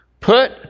Put